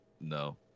no